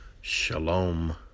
Shalom